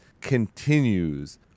continues